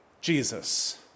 Jesus